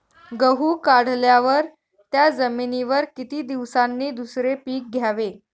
गहू काढल्यावर त्या जमिनीवर किती दिवसांनी दुसरे पीक घ्यावे?